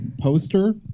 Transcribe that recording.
poster